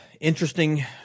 Interesting